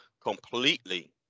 completely